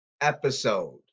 episode